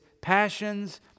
passions